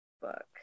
book